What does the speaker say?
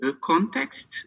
context